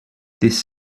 this